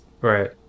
Right